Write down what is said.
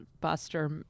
Buster